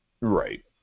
Right